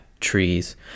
trees